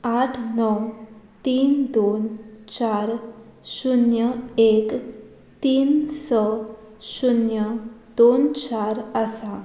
आठ णव तीन दोन चार शुन्य एक तीन स शुन्य दोन चार आसा